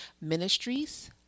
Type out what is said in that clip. Ministries